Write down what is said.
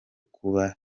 kuba